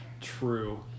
true